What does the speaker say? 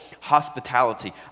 hospitality